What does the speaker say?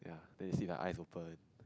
then you see the eyes open